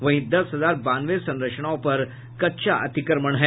वहीं दस हजार बानवे संरचनाओं पर कच्चा अतिक्रमण है